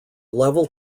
level